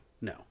No